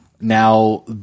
Now